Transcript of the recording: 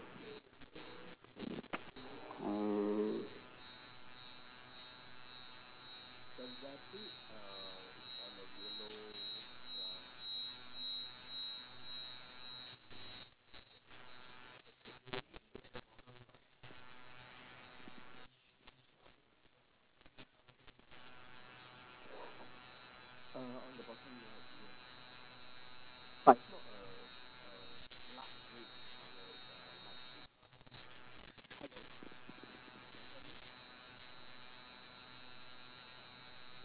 mm the rabbit uh is on a yellow ground is it yellow the cage itself the uh on the bottom right yes but it's not a a blood red colour it's a light red ya hello yes you can you hear me